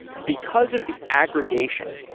because of the aggregation,